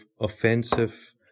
offensive